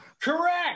Correct